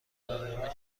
ارامش